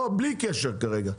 לא, בלי קשר כרגע.